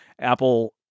Apple